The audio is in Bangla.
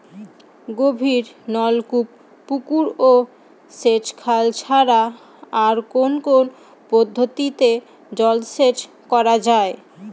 গভীরনলকূপ পুকুর ও সেচখাল ছাড়া আর কোন কোন পদ্ধতিতে জলসেচ করা যায়?